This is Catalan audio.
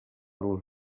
los